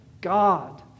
God